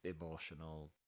emotional